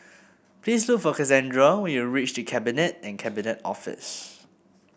please look for Casandra when you reach The Cabinet and Cabinet Office